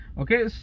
Okay